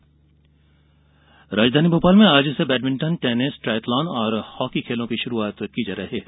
खेल गतिविधि राजधानी भोपाल में आज से बैडमिंटन टेनिस ट्रायथलॉन और हॉकी खेलों की शुरुआत की जा रही है